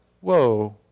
whoa